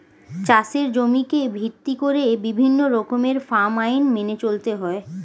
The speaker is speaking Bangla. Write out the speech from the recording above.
চাষের জমিকে ভিত্তি করে বিভিন্ন রকমের ফার্ম আইন মেনে চলতে হয়